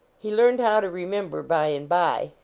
he learned how to remember by and by.